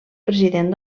president